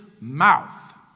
mouth